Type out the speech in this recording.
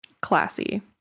Classy